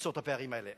ליצור את הפערים האלה.